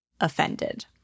offended